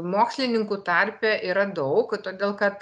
mokslininkų tarpe yra daug todėl kad